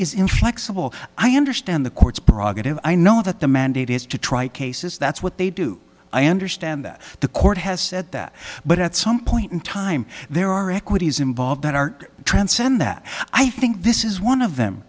is inflexible i understand the court's praga i know that the mandate is to try cases that's what they do i understand that the court has said that but at some point in time there are equities involved that are transcend that i think this is one of them